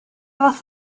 fath